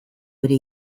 bere